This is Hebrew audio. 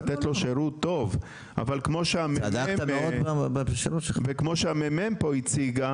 לתת לו שירות טוב אבל כמו שהנציגה ממחלקת המחקר והמידע פה הציגה,